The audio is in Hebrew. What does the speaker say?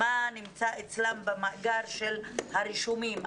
מה נמצא אצלם במאגר של הרישומים.